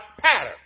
pattern